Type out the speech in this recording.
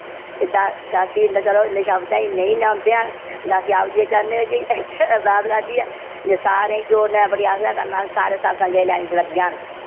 एह् दा दासी ते चलो निशब्द ऐ एह् नेईं नौंदे हैन दासी आप जे चरणें बिच बी अरदास करदी ऐ ते सारे जोरने अपनी आस गै करना ते सारे सतसंगे दी लैन च लग्गी जाह्न